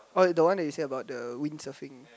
oh the one that you say about the windsurfing